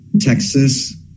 Texas